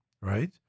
right